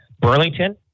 Burlington